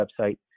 website